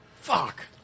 Fuck